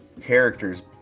characters